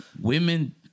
Women